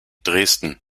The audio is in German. dresden